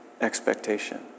expectation